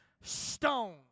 stone